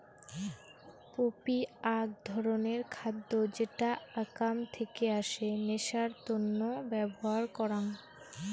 poppy আক ধরণের খাদ্য যেটা আকাম থেকে আসে নেশার তন্ন ব্যবহার করাং